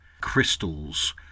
crystals